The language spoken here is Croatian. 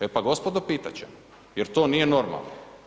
E pa gospodo, pitat ćemo jer to nije normalno.